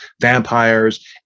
vampires